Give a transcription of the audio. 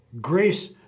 Grace